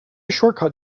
shortcut